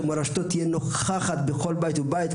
שמורשתו תהיה נוכחת בכל בית ובית,